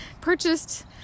purchased